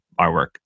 artwork